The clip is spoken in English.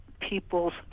people's